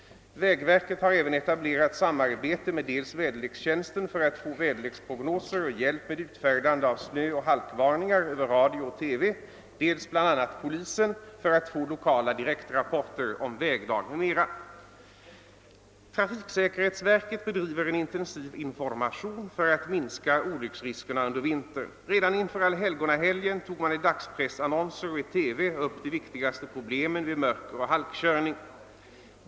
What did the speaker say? Vägverket har även etablerat samarbete med dels väderlekstiänsten för att få väderleksprognoser och hjälp med utfärdande av snöoch haikvarningar över radio och TV, dels bl.a. polisen för att få lokala direktrapporter om väglag m.m. Trafiksäkerhetsverket bedriver en intensiv information för att minska olycksriskerna under vintern. Redan inför ailhelgonahelgen tog man i dags pressannonser och i TV upp de viktigaste problemen vid mörkeroch haikkörning.